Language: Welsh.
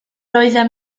oeddem